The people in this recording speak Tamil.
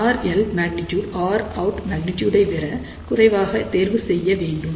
RL மேக்னிடியூட் Rout மேக்னிடியூட் விட குறைவாக தேர்வு செய்ய வேண்டும்